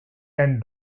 and